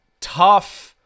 tough